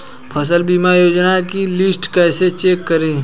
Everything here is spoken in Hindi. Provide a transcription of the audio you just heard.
फसल बीमा योजना की लिस्ट कैसे चेक करें?